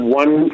one